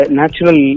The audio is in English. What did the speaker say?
natural